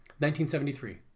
1973